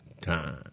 time